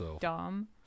dumb